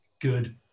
good